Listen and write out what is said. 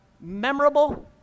memorable